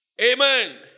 Amen